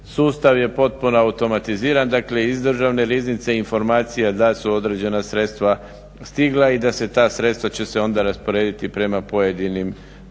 sustav je potpuno automatiziran, dakle iz državne riznice informacija da su određena sredstva stigla i da će ta sredstva se onda rasporediti prema pojedinim korisnicima.